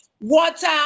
water